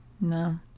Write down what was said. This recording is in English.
No